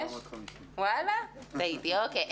1,450. טעיתי.